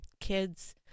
kids